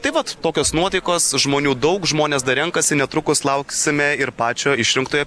itai vat tokios nuotaikos žmonių daug žmonės dar renkasi netrukus lauksime ir pačio išrinktojo